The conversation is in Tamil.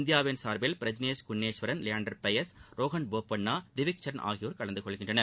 இந்தியாவின் சா்பில் பிரஜ்னேஷ் குணேஸ்வரன் லியாண்டர் பெயஸ் ரோஹன் போட்பண்ணா டிவிக்ச் சரண் ஆகியோர் கலந்து கொள்கின்றனர்